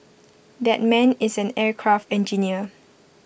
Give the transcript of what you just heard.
that man is an aircraft engineer